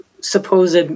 supposed